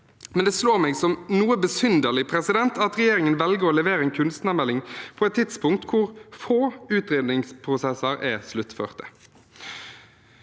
men det slår meg som noe besynderlig at regjeringen velger å levere en kunstnermelding på et tidspunkt hvor få utredningsprosesser er sluttført.